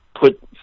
put